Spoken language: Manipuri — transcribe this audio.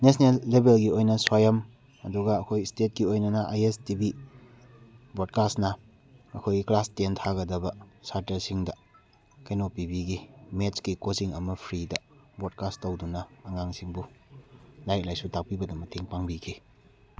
ꯅꯦꯁꯅꯦꯜ ꯂꯦꯕꯦꯜꯒꯤ ꯑꯣꯏꯅ ꯁ꯭ꯋꯥꯏꯌꯝ ꯑꯗꯨꯒ ꯑꯩꯈꯣꯏꯒꯤ ꯁ꯭ꯇꯦꯠꯀꯤ ꯑꯣꯏꯅꯅ ꯑꯥꯏ ꯑꯦꯁ ꯇꯤ ꯚꯤ ꯕ꯭ꯔꯣꯗꯀꯥꯁꯅ ꯑꯩꯈꯣꯏꯒꯤ ꯀ꯭ꯂꯥꯁ ꯇꯦꯟ ꯊꯥꯒꯗꯕ ꯁꯥꯇ꯭ꯔꯁꯤꯡꯗ ꯀꯩꯅꯣ ꯄꯤꯕꯤꯒꯤ ꯃꯦꯠꯁꯀꯤ ꯀꯣꯆꯤꯡ ꯑꯃ ꯐ꯭ꯔꯤꯗ ꯕ꯭ꯔꯣꯗꯀꯥꯁ ꯇꯧꯗꯨꯅ ꯑꯉꯥꯡꯁꯤꯡꯕꯨ ꯂꯥꯏꯔꯤꯛ ꯂꯥꯏꯁꯨ ꯇꯥꯛꯄꯤꯕꯗ ꯃꯇꯦꯡ ꯄꯥꯡꯕꯤꯈꯤ